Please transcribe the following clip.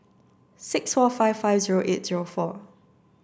six four five five zero eight zero four